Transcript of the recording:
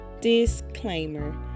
disclaimer